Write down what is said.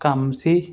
ਕੰਮ ਸੀ